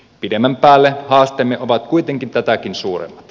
pidemmän päälle haasteemme ovat kuitenkin tätäkin suuremmat